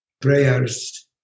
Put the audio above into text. prayers